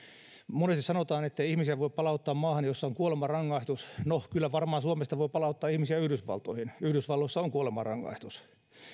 monesti sanotaan ettei ihmisiä voi palauttaa maihin joissa on kuolemanrangaistus no kyllä varmaan suomesta voi palauttaa ihmisiä yhdysvaltoihin yhdysvalloissa on kuolemanrangaistus